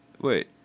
Wait